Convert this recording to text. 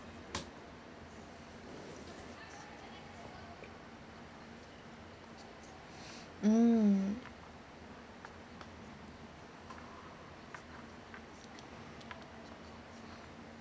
mm